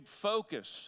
focus